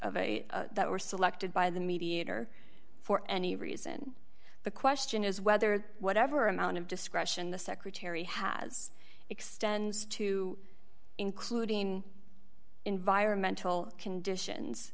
a that were selected by the mediator for any reason the question is whether whatever amount of discretion the secretary has extends to including environmental conditions